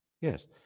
yes